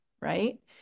right